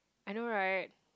I know right